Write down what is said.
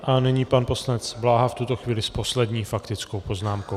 A nyní poslanec Bláha, v tuto chvíli s poslední faktickou poznámkou.